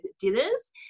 dinners